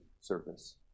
service